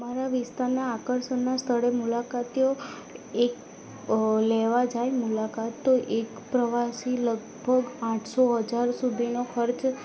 મારા વિસ્તારનાં આકર્ષણનાં સ્થળે મુલાકાતીઓ એક લેવા જાય મુલાકાત તો એક પ્રવાસી લગભગ આઠસો હજાર સુધીનો ખર્ચ